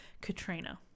Katrina